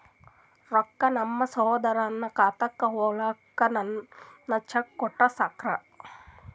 ರೊಕ್ಕ ನಮ್ಮಸಹೋದರನ ಖಾತಕ್ಕ ಹೋಗ್ಲಾಕ್ಕ ನಾನು ಚೆಕ್ ಕೊಟ್ರ ಸಾಕ್ರ?